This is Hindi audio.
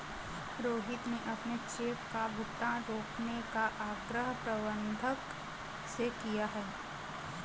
रोहित ने अपने चेक का भुगतान रोकने का आग्रह प्रबंधक से किया है